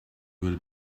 will